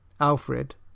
Alfred